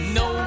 no